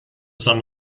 some